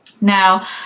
Now